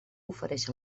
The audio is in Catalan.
ofereix